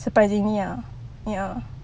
surprisingly ah ya